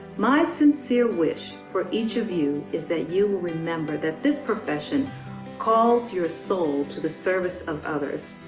my sincere wish for each of you is that you will remember that this profession calls your soul to the service of others,